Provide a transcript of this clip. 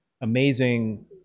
amazing